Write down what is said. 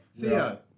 Theo